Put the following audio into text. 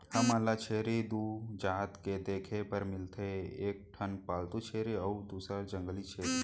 हमन ल छेरी दू जात के देखे बर मिलथे एक ठन पालतू छेरी अउ दूसर जंगली छेरी